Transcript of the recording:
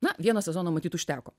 na vieno sezono matyt užteko